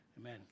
amen